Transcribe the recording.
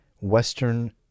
Western